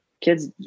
kids